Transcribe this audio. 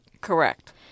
Correct